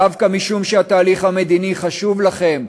דווקא משום שהתהליך המדיני חשוב לכן,